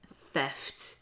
theft